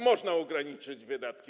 Można ograniczyć wydatki.